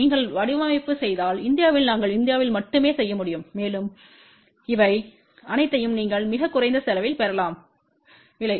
நீங்கள் வடிவமைப்பு செய்தால் இந்தியாவில் நாங்கள் இந்தியாவில் மட்டுமே செய்ய முடியும் மேலும் இவை அனைத்தையும் நீங்கள் மிகக் குறைந்த செலவில் பெறலாம் விலை